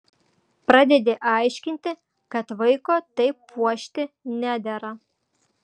pradedi aiškinti kad vaiko taip puošti nedera